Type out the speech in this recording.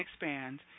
expand